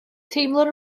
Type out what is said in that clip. teimlwn